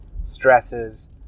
stresses